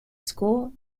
school